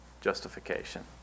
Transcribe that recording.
justification